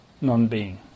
non-being